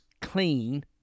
clean